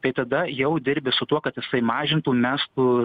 tai tada jau dirbi su tuo kad jisai mažintų mestų